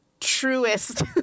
truest